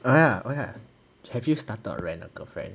oh ya oh ya have you started on rent a girlfriend